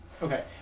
Okay